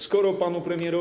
Skoro panu premierowi.